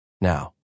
now